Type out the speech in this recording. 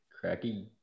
cracky